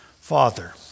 Father